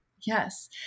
Yes